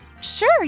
Sure